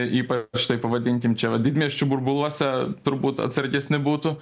ypač tai pavadinkim čia va didmiesčių burbuluose turbūt atsargesni būtų